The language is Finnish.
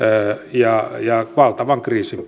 ja valtavan kriisin